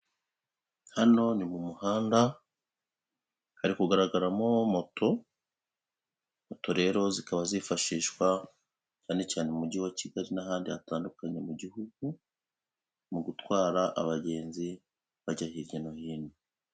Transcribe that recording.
Hano ni mu muhanda, hari kugaragaramo moto, moto rero zikaba zifashishwa cyane cyane mu mugi wa Kigali n'ahandi hatandukanye mu gihugu, mu gutwara abagenzi bajya hirya no hino.